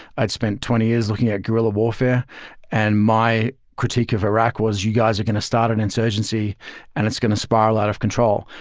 i'd spent twenty years looking at guerrilla warfare and my critique of iraq was, you guys are going to start an insurgency and it's going to spiral out of control.